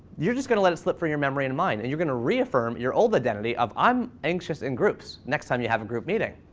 you're just gonna let it slip from your memory and mind, and you're gonna reaffirm your old identity of i'm anxious in groups next time you have a group meeting.